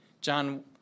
John